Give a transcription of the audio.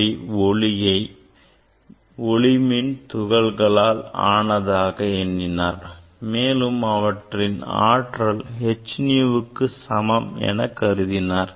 அவர் ஒளியை ஒளியணு துகள்களால் ஆனதாக எண்ணினார் மேலும் அவற்றின் ஆற்றல் h nu க்கு சமம் என்றும் கருதினார்